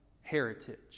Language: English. heritage